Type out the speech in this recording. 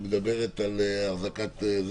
שמדברת על החזקה,